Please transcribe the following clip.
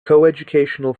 coeducational